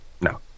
No